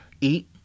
Eat